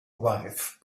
wife